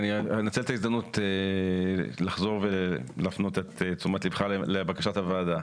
אני אנצל את ההזדמנות לחזור ולהפנות את תשומת ליבך לבקשת הוועדה.